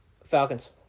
Falcons